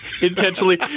intentionally